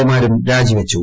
A മാരും രാജിവച്ചു